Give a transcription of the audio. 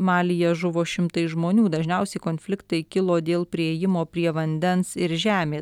malyje žuvo šimtai žmonių dažniausiai konfliktai kilo dėl priėjimo prie vandens ir žemės